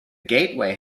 gateway